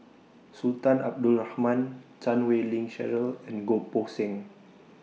Sultan Abdul Rahman Chan Wei Ling Cheryl and Goh Poh Seng